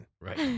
Right